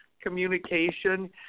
communication